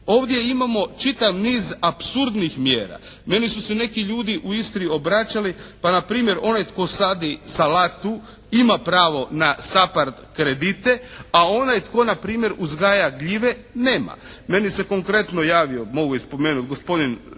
Ovdje imamo čitav niz apsurdnih mjera. Meni su se neki ljudi u Istri obraćali, pa na primjer onaj tko sadi salatu ima pravo na SAPARD kredite, a onaj tko na primjer uzgaja gljive nema. Meni se konkretno javio, mogu i spomenuti gospodin